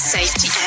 Safety